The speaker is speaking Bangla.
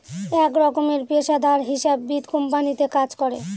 এক রকমের পেশাদার হিসাববিদ কোম্পানিতে কাজ করে